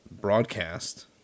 broadcast